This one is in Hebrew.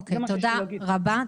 תודה רבה.